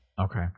Okay